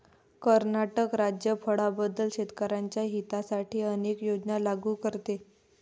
कर्नाटक राज्य फळांबद्दल शेतकर्यांच्या हितासाठी अनेक योजना लागू करते